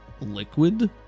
liquid